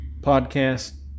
podcast